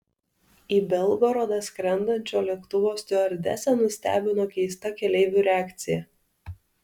į belgorodą skrendančio lėktuvo stiuardesę nustebino keista keleivių reakcija